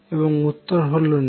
এবং উত্তর হল না